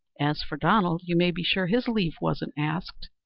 as for donald, you may be sure his leave wasn't asked,